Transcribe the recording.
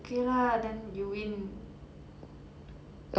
okay lah then you win